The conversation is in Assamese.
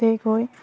তাতে গৈ